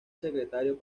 secretario